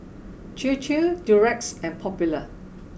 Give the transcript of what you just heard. Chir Chir Durex and Popular